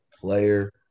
Player